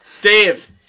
Dave